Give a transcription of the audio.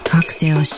Cocktail